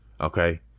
okay